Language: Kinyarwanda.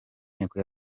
nteko